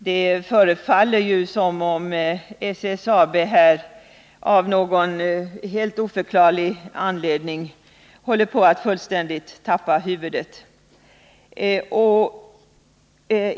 Det förefaller ju som om SSAB här av någon helt oförklarlig anledning håller på att fullständigt tappa huvudet.